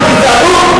שם זה בכלל גזענות.